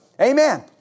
Amen